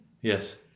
Yes